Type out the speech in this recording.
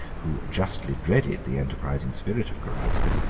who justly dreaded the enterprising spirit of carausius,